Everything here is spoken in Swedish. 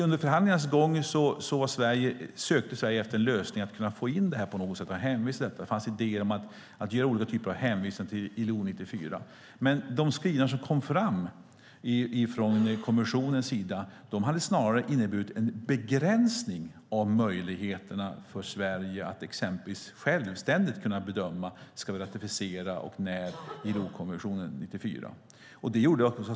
Under förhandlingarnas gång sökte Sverige efter en lösning för att få in detta på något sätt och hänvisa till detta. Det fanns idéer om att göra olika typer av hänvisningar till ILO 94. Men de skrivningar som kom fram från kommissionen hade snarare inneburit en begränsning av möjligheterna för Sverige att självständigt kunna bedöma om och när ILO 94 skulle ratificeras.